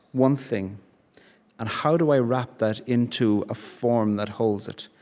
one thing and how do i wrap that into a form that holds it,